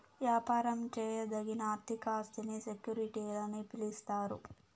యాపారం చేయదగిన ఆర్థిక ఆస్తిని సెక్యూరిటీలని పిలిస్తారు